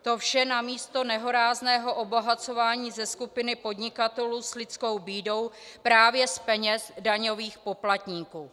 To vše namísto nehorázného obohacování ze skupiny podnikatelů s lidskou bídou právě z peněz daňových poplatníků.